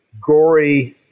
gory